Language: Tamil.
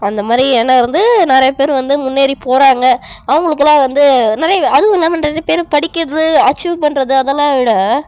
அந்த மாதிரி எண்ணம் இருந்து நிறைய பேர் வந்து முன்னேறி போகிறாங்க அவங்களுக்குலா வந்து நிறைய அதுவும் என்னா பண்ணுறது நிறைய பேர் படிக்கிறது அச்சீவ் பண்ணுறது அதெல்லாம் விட